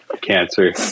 cancer